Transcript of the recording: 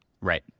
Right